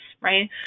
right